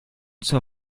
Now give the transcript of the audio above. zur